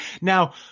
Now